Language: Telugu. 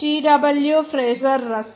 W Fraser Russell